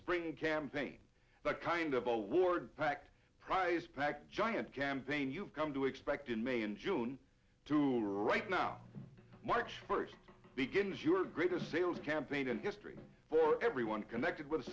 spring campaign the kind of all wards packed prize packed giant campaign you've come to expect in may and june too right now march first begins your greatest sales campaign in history for everyone connected with